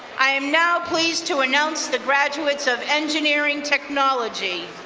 i am now pleased to announce the graduates of engineering technology.